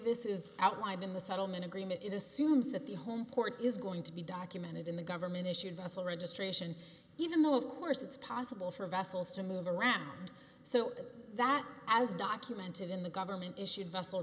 this is out why been the settlement agreement it assumes that the home port is going to be documented in the government issued vessel registration even though of course it's possible for vessels to move around so that as documented in the government issued